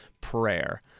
prayer